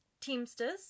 Teamsters